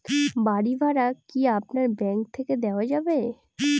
বাড়ী ভাড়া কি আপনার ব্যাঙ্ক থেকে দেওয়া যাবে?